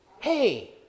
Hey